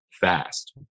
fast